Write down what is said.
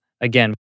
again